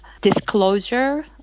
disclosure